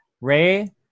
Ray